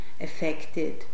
affected